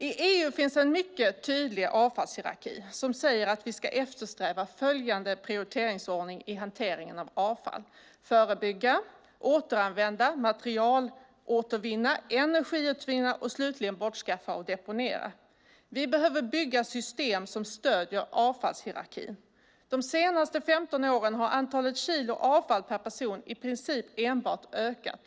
I EU finns en mycket tydlig avfallshierarki som säger att vi ska eftersträva följande prioriteringsordning i hanteringen av avfall: förebygga, återanvända, materialåtervinna, energiutvinna och slutligen bortskaffa och deponera. Vi behöver bygga system som stöder avfallshierarkin. De senaste 15 åren har antalet kilo avfall per person i princip enbart ökat.